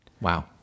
Wow